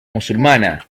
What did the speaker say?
musulmana